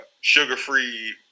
sugar-free